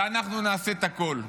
ואנחנו נעשה הכול,